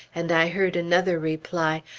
and i heard another reply,